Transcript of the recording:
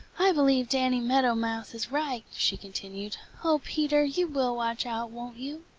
i believe danny meadow mouse is right, she continued, oh, peter, you will watch out, won't you?